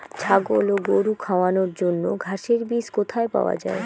ছাগল ও গরু খাওয়ানোর জন্য ঘাসের বীজ কোথায় পাওয়া যায়?